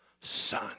Son